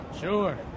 Sure